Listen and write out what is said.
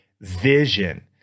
Vision